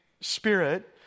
Spirit